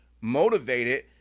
motivated